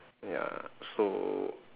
ya so